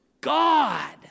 God